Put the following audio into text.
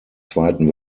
zweiten